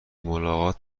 ملاقات